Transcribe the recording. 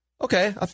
Okay